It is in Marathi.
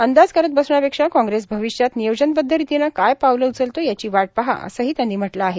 अंदाज करत बसण्यापेक्षा कांग्रेस भविष्यात नियोजनबद्ध रितीनं काय पावलं उचलतो याची वाट पहा असंही त्यांनी म्हटलं आहे